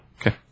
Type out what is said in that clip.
Okay